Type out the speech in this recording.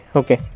okay